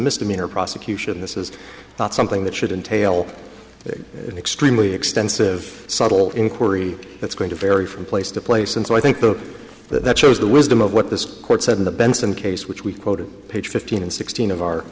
misdemeanor prosecution this is not something that shouldn't tail an extremely extensive subtle inquiry that's going to vary from place to place and so i think that that shows the wisdom of what this court said in the benson case which we quoted page fifteen and sixteen of our